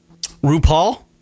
RuPaul